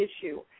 issue